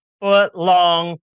foot-long